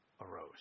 arose